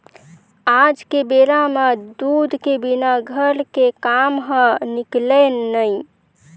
आज के बेरा म दूद के बिना घर के काम ह निकलय नइ